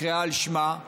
היא נקראה על שמה,